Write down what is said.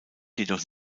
jedoch